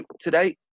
today